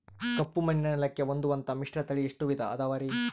ಕಪ್ಪುಮಣ್ಣಿನ ನೆಲಕ್ಕೆ ಹೊಂದುವಂಥ ಮಿಶ್ರತಳಿ ಎಷ್ಟು ವಿಧ ಅದವರಿ?